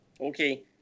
okay